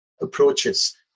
approaches